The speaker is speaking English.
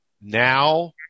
Now